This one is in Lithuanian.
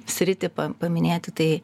sritį pa paminėti tai